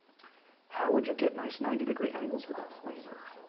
how would you get nice ninety degree angles with a planer?